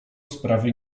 sprawy